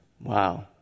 Wow